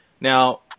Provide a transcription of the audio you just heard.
Now